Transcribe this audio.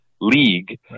league